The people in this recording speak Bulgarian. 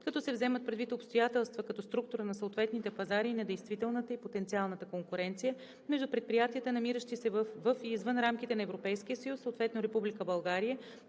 като се вземат предвид обстоятелства като структура на съответните пазари и на действителната и потенциалната конкуренция между предприятията, намиращи се във и извън рамките на Европейския съюз, съответно Република България,